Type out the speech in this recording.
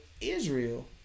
Israel